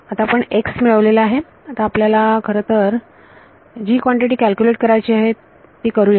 आता आपण x मिळवलेला आहे आता आपल्याला आता खरं तर आपल्याला जी कॉन्टिटी कॅल्क्युलेट करायची आहे ती करूया